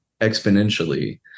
exponentially